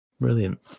Brilliant